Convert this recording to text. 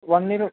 one year